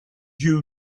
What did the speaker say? you